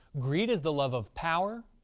greed is the love of power,